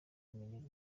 kumenyera